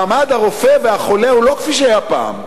מעמד הרופא והחולה הוא לא כפי שהיה פעם,